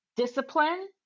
discipline